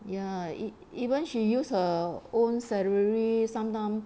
ya e~ even she used her own salary sometime